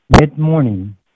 mid-morning